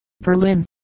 Berlin